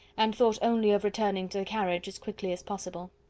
and thought only of returning to the carriage as quickly as possible.